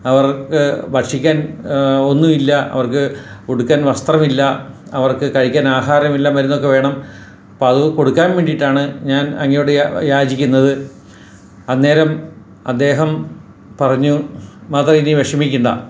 അവർക്ക് ഭക്ഷിക്കാൻ ഒന്നുമില്ല അവർക്ക് ഉടുക്കാൻ വസ്ത്രമില്ല അവർക്ക് കഴിക്കാൻ ആഹാരമില്ല മരുന്നൊക്കെ വേണം അപ്പോൾ അത് കൊടുക്കാൻ വേണ്ടിയിട്ടാണ് ഞാൻ അങ്ങയോട് യാചിക്കുന്നത് അന്നേരം അദ്ദേഹം പറഞ്ഞു മദർ ഇനി വിഷമിക്കേണ്ട